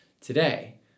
today